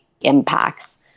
impacts